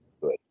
good